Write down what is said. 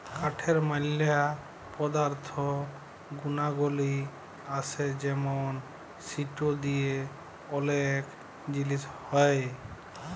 কাঠের ম্যালা পদার্থ গুনাগলি আসে যেমন সিটো দিয়ে ওলেক জিলিস হ্যয়